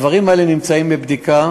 הדברים האלה נמצאים בבדיקה,